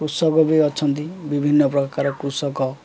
କୃଷକ ବି ଅଛନ୍ତି ବିଭିନ୍ନ ପ୍ରକାର କୃଷକ